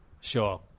Sure